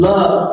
Love